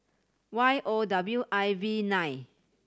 Y O W I V nine